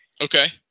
Okay